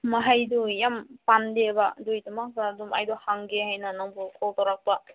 ꯃꯍꯩꯗꯣ ꯌꯥꯝ ꯄꯥꯟꯗꯦꯕ ꯑꯗꯨꯒꯤꯗꯃꯛꯇ ꯑꯗꯨꯝ ꯑꯩꯗꯣ ꯍꯪꯒꯦ ꯍꯥꯏꯅ ꯅꯪꯕꯨ ꯀꯣꯜ ꯇꯧꯔꯛꯄ